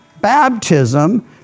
baptism